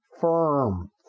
firm